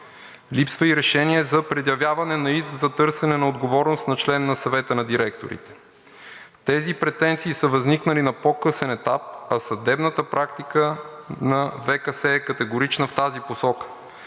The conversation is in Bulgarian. Липсва и решение за предявяване на иск за търсене на отговорност на член на Съвета на директорите. Тези претенции са възникнали на по-късен етап, а съдебната практика на ВКС е категорична в тази посока,